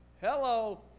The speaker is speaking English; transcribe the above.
Hello